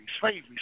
slavery